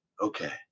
okay